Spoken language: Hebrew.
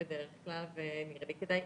וכעושים